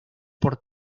por